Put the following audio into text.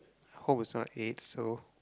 hope it's not aids so